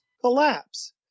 collapse